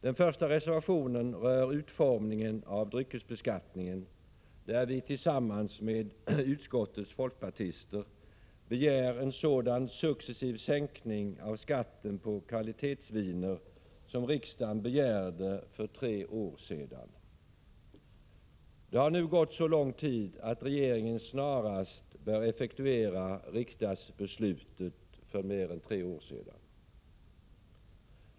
Den första reservationen rör utformningen av dryckesbeskattningen, i vilken vi tillsammans med utskottets folkpartister begär en sådan successiv sänkning av skatten på kvalitetsviner som riksdagen begärde för tre år sedan. Det har nu gått så lång tid att regeringen snarast bör effektuera riksdagsbeslutet för mer än tre år sedan.